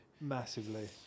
massively